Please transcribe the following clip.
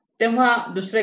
तेव्हा नंतर दुसरे काय